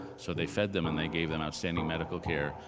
so they fed them and they gave them outstanding medical care,